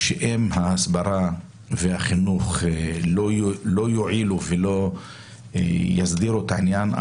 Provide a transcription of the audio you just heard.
כך שאם ההסברה והחינוך לא יועילו ולא יסדירו את העניין,